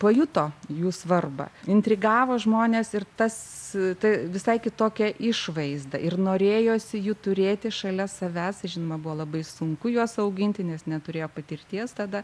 pajuto jų svarbą intrigavo žmones ir tas ta visai kitokia išvaizda ir norėjosi jų turėti šalia savęs žinoma buvo labai sunku juos auginti nes neturėjo patirties tada